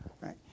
right